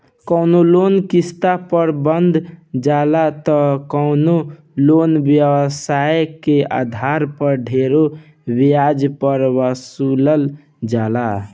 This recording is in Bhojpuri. कवनो लोन किस्त पर बंधा जाला त कवनो लोन व्यवसाय के आधार पर ढेरे ब्याज पर वसूलल जाला